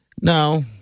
No